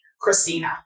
Christina